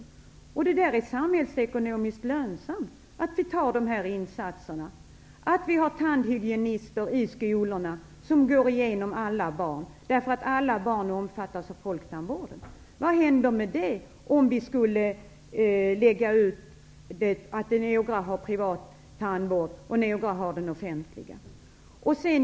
Dessa insatser är samhällsekonomiskt lönsamma. Vi har tandhygienister i skolorna som tittar på alla barn, därför att alla barn omfattas av folktandvården. Vad händer med det om några har privat tandvård och andra offentlig?